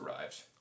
arrived